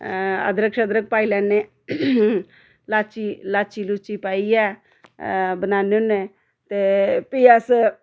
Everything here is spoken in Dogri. अदरक अदूरक पाई लैने लाची लाची लुची पाइयै बनाने होन्ने ते फ्ही अस